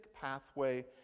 pathway